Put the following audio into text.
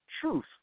truth